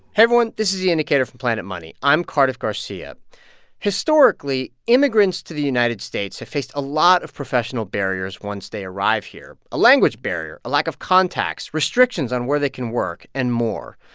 everyone. this is the indicator from planet money. i'm cardiff garcia historically, immigrants to the united states have faced a lot of professional barriers once they arrive here a language barrier, a lack of contacts, restrictions on where they can work and more.